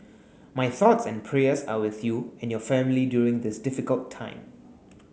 my thoughts and prayers are with you and your family during this difficult time